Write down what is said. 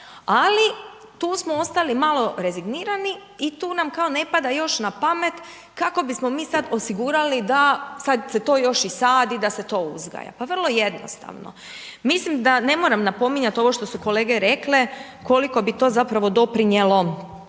ali tu smo ostali malo rezignirali i tu nam kao ne pada još na pamet, kako bismo mi sada osigurali da sada se to još i sadi, da se to uzgaja. Pa vrlo jednostavno. Mislim da ne moram napominjati, ovo što su kolege rekle, koliko bi to zapravo doprinijelo